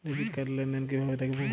Debit card র লেনদেন কিভাবে দেখবো?